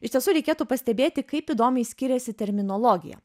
iš tiesų reikėtų pastebėti kaip įdomiai skiriasi terminologija